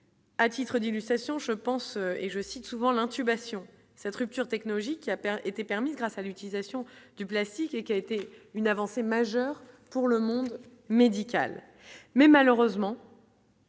à titre d'illustration, je pense, et je cite souvent l'intubation cette rupture technologique qui a était permise grâce à l'utilisation du plastique et qui a été une avancée majeure pour le monde médical, mais malheureusement.